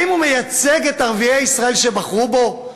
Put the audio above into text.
האם הוא מייצג את ערביי ישראל שבחרו בו?